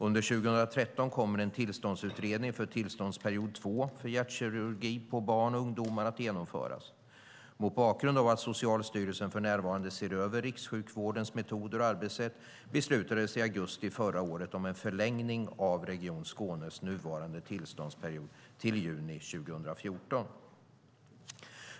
Under 2013 kommer en tillståndsutredning för tillståndsperiod två för hjärtkirurgi på barn och ungdomar att genomföras. Mot bakgrund av att Socialstyrelsen för närvarande ser över rikssjukvårdens metoder och arbetssätt beslutades i augusti i förra året om en förlängning av Region Skånes nuvarande tillståndsperiod till juni 2014.